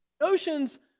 notions